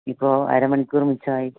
ഇപ്പോള് അരമണിക്കൂർ മിച്ചമായി